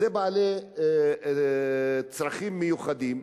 אלה בעלי צרכים מיוחדים,